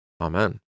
Amen